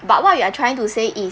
but what you are trying to say is